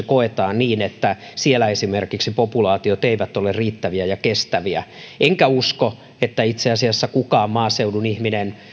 koetaan niin että siellä esimerkiksi populaatiot eivät ole riittäviä ja kestäviä enkä usko että itse asiassa kukaan maaseudun ihminen